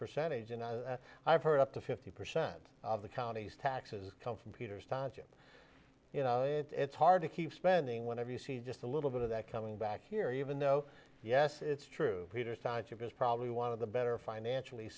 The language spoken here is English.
percentage and i've heard up to fifty percent of the counties taxes come from peters township you know it's hard to keep spending whenever you see just a little bit of that coming back here even though yes it's true peter science of is probably one of the better financially